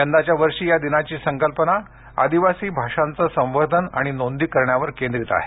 यंदाच्या वर्षी या दिनाची संकल्पना आदिवासी भाषांचे संवर्धन आणि नोंदी करण्यावर केंद्रित आहे